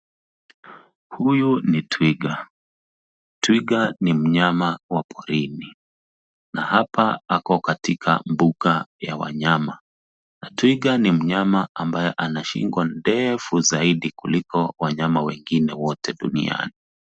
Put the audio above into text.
Huyu ni twiga. Twiga ni mnyama wa porini na hapa ako katika mbuga ya wanyama. Twiga ni mnyama ambaye ana shingo ndefu zaidi kuliko wanyama wengine wote duniani.